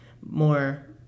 more